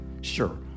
Sure